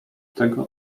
tego